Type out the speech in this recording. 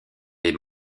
les